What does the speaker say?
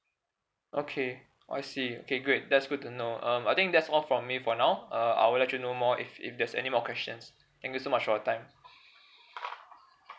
okay I see okay great that's good to know um I think that's all from me for now uh I'll let you know more if if there's any more questions thank you so much for your time